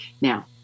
Now